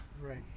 Right